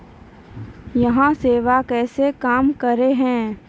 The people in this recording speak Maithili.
यह सेवा कैसे काम करै है?